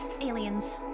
aliens